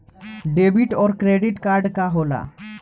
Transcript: Debit और credit card का होला?